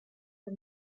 the